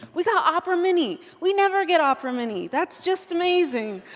we got opera mini! we never get opera mini! that's just amazing.